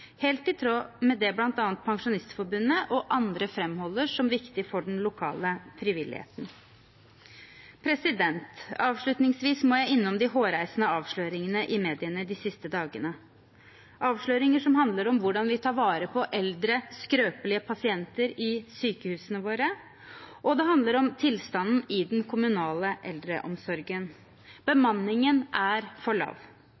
helt i tråd med det bl.a. Pensjonistforbundet og andre framholder som viktig for den lokale frivilligheten. Avslutningsvis må jeg innom de hårreisende avsløringene i mediene de siste dagene, avsløringer som handler om hvordan vi tar vare på eldre, skrøpelige pasienter i sykehusene våre, og om tilstanden i den kommunale eldreomsorgen. Bemanningen er for lav.